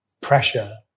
pressure